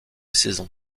saison